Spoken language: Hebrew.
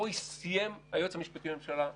פה סיים היועץ המשפטי לממשלה,